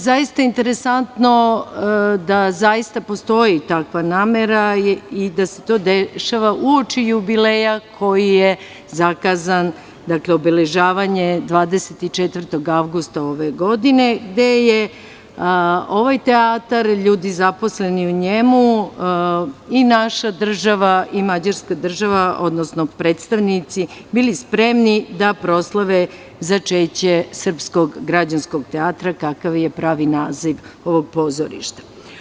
Zaista interesantno da zaista postoji takva namera i da se to dešava uoči jubileja koji je zakazan, dakle, obeležavanje 24. avgusta ove godine, gde je ovaj teatar, ljudi zaposleni u njemu i naša država i Mađarska država, odnosno predstavnici, bili spremni da proslave začeće Srpskog građanskog teatra kakav je pravi naziv ovog pozorišta.